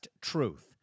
Truth